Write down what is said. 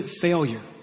failure